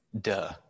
duh